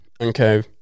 okay